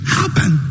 happen